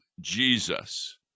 Jesus